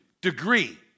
degree